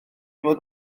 fod